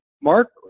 Mark